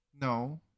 No